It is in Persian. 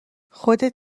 خودت